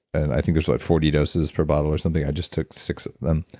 and i think there's like forty doses per bottle or something, i just took six of them.